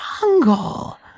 jungle